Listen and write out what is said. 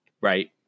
Right